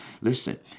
Listen